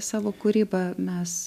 savo kūrybą mes